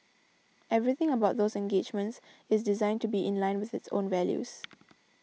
everything about those engagements is designed to be in line with its values